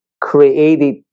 created